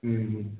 ம் ம்